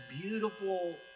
beautiful